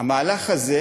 שהמהלך הזה